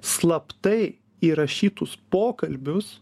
slaptai įrašytus pokalbius